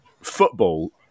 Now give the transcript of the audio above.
football